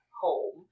home